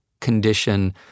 condition